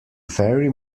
very